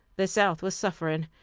the south was suffering,